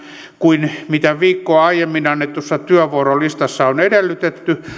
kuin mitä viikkoa aiemmin annetussa työvuorolistassa on edellytetty